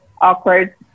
awkward